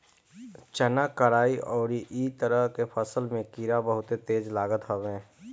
चना, कराई अउरी इ तरह के फसल में कीड़ा बहुते तेज लागत हवे